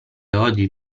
oggi